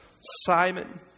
Simon